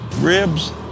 ribs